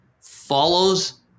follows